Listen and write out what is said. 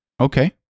Okay